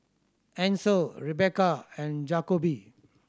Ancel Rebekah and Jakobe